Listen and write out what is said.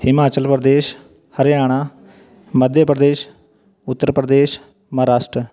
Himachal Pradesh Haryana Madhya Pradesh Uttar Pradesh Maharashtra